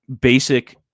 basic